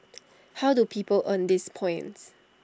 how do people earn these points